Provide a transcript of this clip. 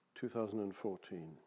2014